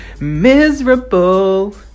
miserable